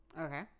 okay